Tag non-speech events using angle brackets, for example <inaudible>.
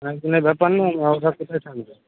একদিনের ব্যাপার না <unintelligible> কোথায় থাকবে